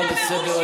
אתה כישלון.